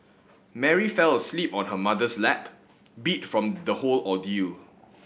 Mary fell asleep on her mother's lap beat from the whole ordeal